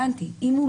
כי זה